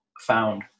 found